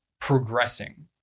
progressing